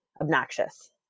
obnoxious